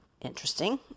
interesting